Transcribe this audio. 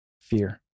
fear